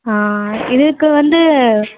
எனக்கு வந்து